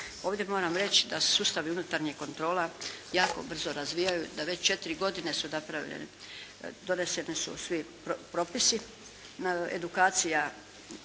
Ovdje moram reći da se sustavi unutarnjih kontrola jako brzo razvijaju. Da već 4 godine su napravljene, doneseni su svi propisi. Edukacija